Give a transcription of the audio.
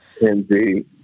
Indeed